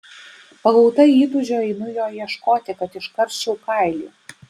pagauta įtūžio einu jo ieškoti kad iškarščiau kailį